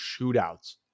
shootouts